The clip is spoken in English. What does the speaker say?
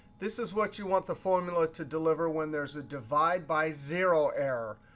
this is what you want the formula to deliver when there's a divide by zero error.